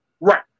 Right